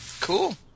Cool